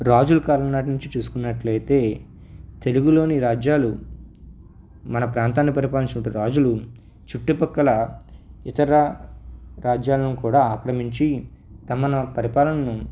రాజు కాలం నాటి నుంచి చూసుకున్నట్లు అయితే తెలుగులోని రాజ్యాలు మన ప్రాంతాన్ని పరిపాలించినటువంటి రాజులు చుట్టుపక్కల ఇతర రాజ్యాలను కూడా ఆక్రమించి తమను పరిపాలనను